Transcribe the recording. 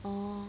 orh